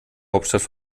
hauptstadt